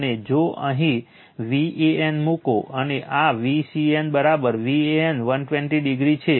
અને જો અહીં Van મૂકો અને આ VCN Van 120o છે